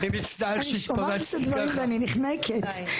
אני שומעת את הדברים ואני נחנקת,